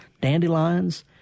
Dandelions